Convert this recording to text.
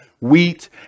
wheat